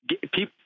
People